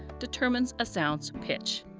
determine a sound's pitch.